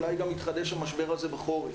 אולי המשבר הזה יתחדש בחורף.